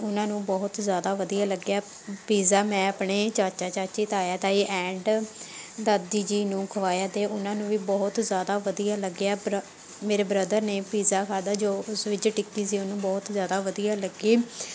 ਉਹਨਾਂ ਨੂੰ ਬਹੁਤ ਜ਼ਿਆਦਾ ਵਧੀਆ ਲੱਗਿਆ ਪੀਜ਼ਾ ਮੈਂ ਆਪਣੇ ਚਾਚਾ ਚਾਚੀ ਤਾਇਆ ਤਾਈ ਐਂਡ ਦਾਦੀ ਜੀ ਨੂੰ ਖਵਾਇਆ ਅਤੇ ਉਹਨਾਂ ਨੂੰ ਵੀ ਬਹੁਤ ਜ਼ਿਆਦਾ ਵਧੀਆ ਲੱਗਿਆ ਪਰ ਮੇਰੇ ਬ੍ਰਦਰ ਨੇ ਪੀਜ਼ਾ ਖਾਧਾ ਜੋ ਉਸ ਵਿੱਚ ਟਿੱਕੀ ਸੀ ਉਹਨੂੰ ਬਹੁਤ ਜ਼ਿਆਦਾ ਵਧੀਆ ਲੱਗੀ